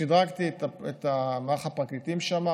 שדרגתי את מערך הפרקליטים שם,